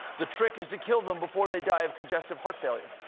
the trick is to kill them before they die of congestive heart failure.